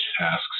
tasks